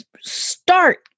start